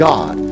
God